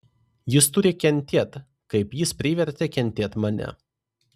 jis turi kentėt kaip jis privertė kentėt mane